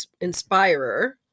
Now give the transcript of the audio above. inspirer